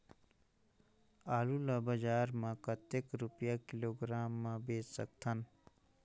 आलू ला बजार मां कतेक रुपिया किलोग्राम म बेच सकथन?